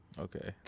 Okay